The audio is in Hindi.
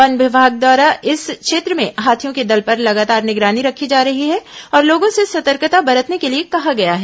वन विमाग द्वारा इस क्षेत्र में हाथियों के दल पर लगातार निगरानी रखी जा रही है और लोगों से सतर्कता बरतने के लिए कहा गया है